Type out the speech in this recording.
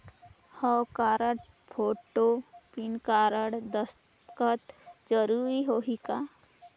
हव card, photo, pan card, दस्खत जरूरी होही का?